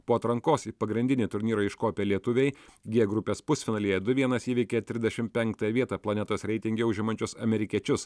po atrankos į pagrindinį turnyrą iškopę lietuviai gie grupės pusfinalyje du vienas įveikė tridešim penktąją vietą planetos reitinge užimančius amerikiečius